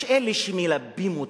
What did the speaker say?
יש אלה שמלבים אותה.